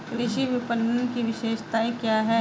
कृषि विपणन की विशेषताएं क्या हैं?